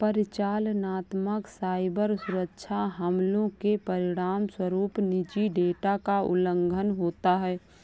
परिचालनात्मक साइबर सुरक्षा हमलों के परिणामस्वरूप निजी डेटा का उल्लंघन होता है